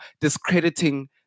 discrediting